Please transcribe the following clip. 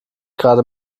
gerade